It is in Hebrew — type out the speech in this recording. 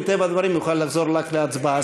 מטבע הדברים יוכל לחזור רק להצבעה.